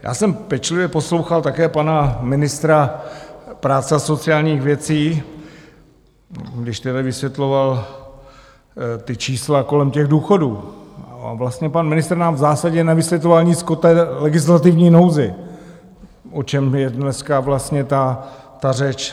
Já jsem pečlivě poslouchal také pana ministra práce a sociálních věcí, když vysvětloval ta čísla kolem těch důchodů, a vlastně pan ministr nám v zásadě nevysvětloval nic o té legislativní nouzi, o čem je dneska vlastně ta řeč.